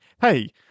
hey